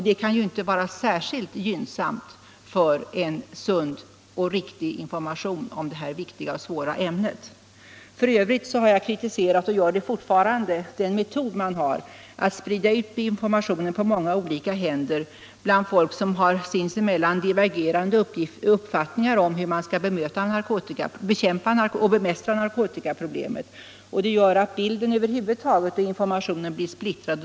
Det kan inte vara särskilt gynnsamt för en sund och riktig information om detta viktiga och svåra ämne. I övrigt har jag kritiserat - och gör det fortfarande - den metod man har för att sprida informationen, innebärande att uppgiften fördelats på många olika händer bland folk som har sinsemellan divergerande uppfattningar om hur man skall bemästra narkotikaproblemet. Det gör att bilden och informationen över huvud taget blir splittrad.